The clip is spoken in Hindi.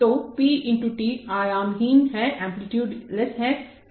तो p × t आयामहीन है p फ्रीक्वेंसी है